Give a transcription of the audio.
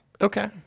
Okay